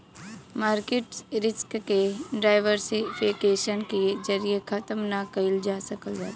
market risk के diversification के जरिये खत्म ना कइल जा सकल जाला